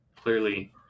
clearly